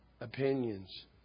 opinions